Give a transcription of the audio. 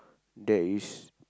that is